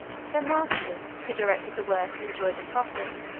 their masters, who directed the work and enjoyed the profit,